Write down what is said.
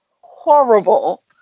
horrible